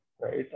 right